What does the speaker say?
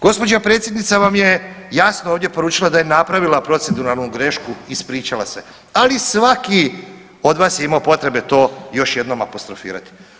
Gospođa predsjednica vam je jasno ovdje poručila da je napravila proceduralnu grešku, ispričala se, ali svaki od vas je imao potrebe još jednom apostrofirati.